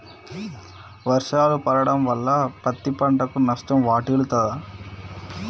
వర్షాలు పడటం వల్ల పత్తి పంటకు నష్టం వాటిల్లుతదా?